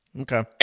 Okay